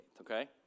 okay